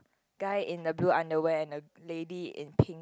guy in the blue underwear and the lady in pink